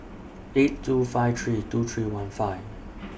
eight two five three two three one five